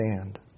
stand